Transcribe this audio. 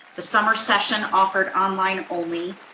the summer session offered online only,